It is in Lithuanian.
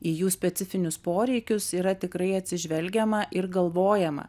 į jų specifinius poreikius yra tikrai atsižvelgiama ir galvojama